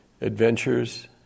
adventures